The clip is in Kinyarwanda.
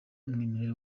umwimerere